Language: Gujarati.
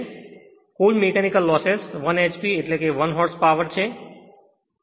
કુલ મીકેનિકલ લોસેસ 1 hp કે 1 હોર્સ પાવર છે